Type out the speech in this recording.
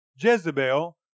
Jezebel